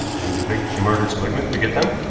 and you think she murdered seligmann to get them?